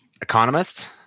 Economist